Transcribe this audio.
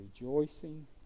rejoicing